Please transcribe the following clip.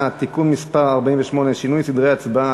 (תיקון מס' 48) (שינוי סדרי הצבעה),